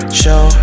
show